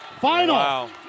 Final